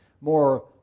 more